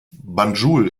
banjul